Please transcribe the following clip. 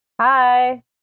Hi